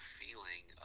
feeling